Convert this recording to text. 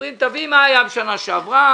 ואומרת תביא מה שהיה בשנה שעברה,